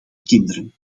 kinderen